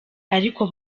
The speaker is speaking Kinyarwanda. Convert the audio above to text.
ariko